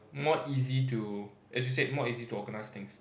more easy to as you said more easy to organise things